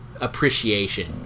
appreciation